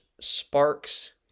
sparks